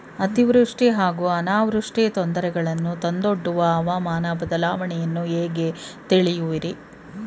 ಅತಿವೃಷ್ಟಿ ಹಾಗೂ ಅನಾವೃಷ್ಟಿ ತೊಂದರೆಗಳನ್ನು ತಂದೊಡ್ಡುವ ಹವಾಮಾನ ಬದಲಾವಣೆಯನ್ನು ಹೇಗೆ ತಿಳಿಯುವಿರಿ?